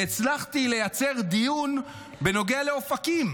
והצלחתי לייצר דיון בנוגע לאופקים.